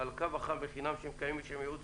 על הקו החם בחינם שהיא מקיימת לשם ייעוץ